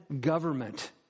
government